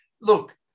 look